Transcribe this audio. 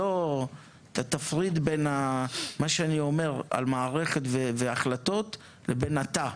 תפריד בין מה שאני אומר על מערכת והחלטות לבינך.